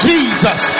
Jesus